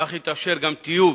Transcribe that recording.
כך יתאפשר גם טיוב